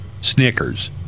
Snickers